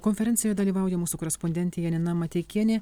konferencijoj dalyvauja mūsų korespondentė janina mateikienė